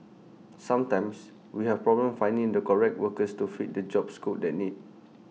sometimes we have problems finding the correct workers to fit the job scope that need